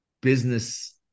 business